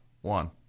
One